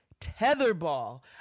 tetherball